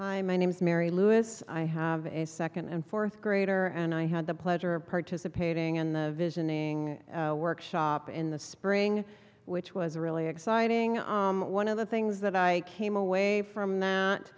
you i my name is mary lewis i have a second and fourth grader and i had the pleasure of participating in the visioning workshop in the spring which was really exciting one of the things that i came away from that